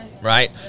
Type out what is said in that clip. right